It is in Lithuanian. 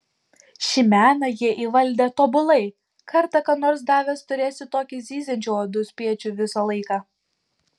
šį meną jie įvaldę tobulai kartą ką nors davęs turėsi tokį zyziančių uodų spiečių visą laiką